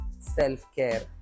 self-care